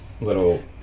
little